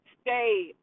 stay